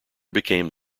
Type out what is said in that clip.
became